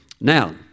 now